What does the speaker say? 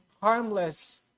harmless